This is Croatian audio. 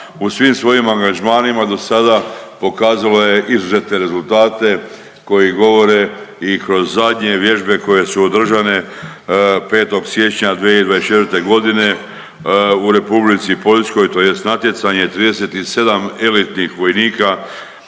u svim svojim angažmanima do sada, pokazalo je izuzetne rezultate koji govore i kroz zadnje vježbe koje su održane 5. siječnja 2024. g. u R. Poljskoj, tj. Natjecanje 37 elitnih vojnika,